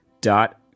dot